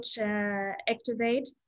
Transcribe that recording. activate